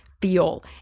feel